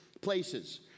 places